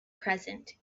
present